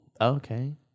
Okay